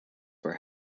were